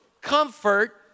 Comfort